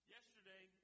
Yesterday